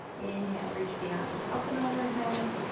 inhale, reach the arms up and overhead.